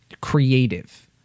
creative